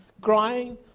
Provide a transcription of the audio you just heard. crying